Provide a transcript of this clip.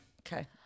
Okay